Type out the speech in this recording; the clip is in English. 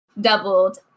doubled